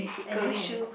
clothing